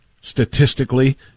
Statistically